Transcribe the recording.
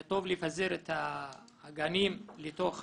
טוב לפזר את הגנים לתוך היישובים,